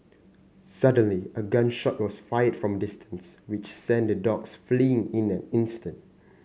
suddenly a gun shot was fired from distance which sent the dogs fleeing in an instant